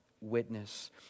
witness